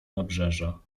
nabrzeża